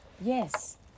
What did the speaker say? Yes